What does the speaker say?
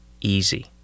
easy